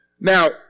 Now